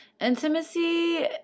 intimacy